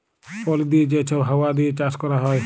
পলি দিঁয়ে যে ছব হাউয়া দিঁয়ে চাষ ক্যরা হ্যয়